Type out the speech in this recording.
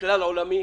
כלל עולמי.